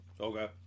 Okay